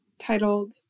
titled